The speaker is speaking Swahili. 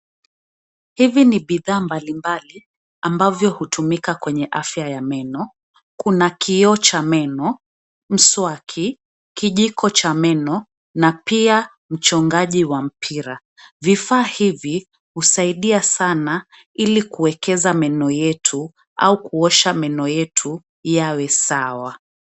Hivi ni bidhaa mbalimbali ambavyo hutumika kwenye afya ya meno. Kuna kioo cha meno , mswaki, kijiko cha meno na pia mchongaji wa mpira. Vifaa hivi husaidia sana ili kuwekeza meno yetu au kuosha meno yetu yawe sawa.